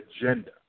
agenda